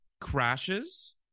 Crashes